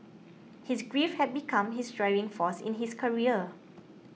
his grief had become his driving force in his career